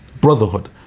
brotherhood